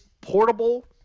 portable